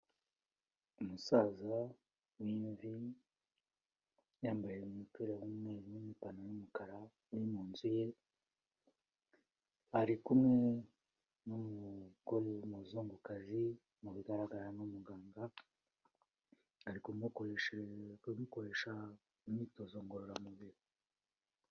Umusaza w'imvi yambaye umupira w'umweru, n' ipantaro y'umukara ari mu nzu ye ari kumwe n'umugore w'umuzungukazi, mu bigaragara ni umuganga, ari kumukoresha imyitozo ngororamubiri.